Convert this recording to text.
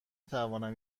توانم